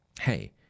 hey